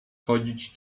chodzić